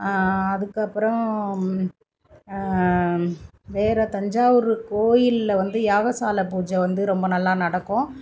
அதுக்கப்புறம் வேறு தஞ்சாவூர் கோயிலில் வந்து யாகசாலை பூஜை வந்து ரொம்ப நல்லா நடக்கும்